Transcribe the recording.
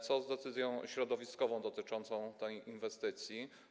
Co z decyzją środowiskową dotyczącą tej inwestycji?